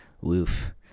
woof